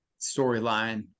storyline